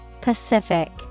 Pacific